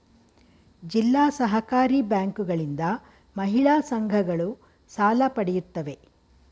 ಜಿಲ್ಲಾ ಸಹಕಾರಿ ಬ್ಯಾಂಕುಗಳಿಂದ ಮಹಿಳಾ ಸಂಘಗಳು ಸಾಲ ಪಡೆಯುತ್ತವೆ